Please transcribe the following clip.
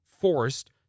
forced